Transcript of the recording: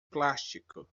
plástico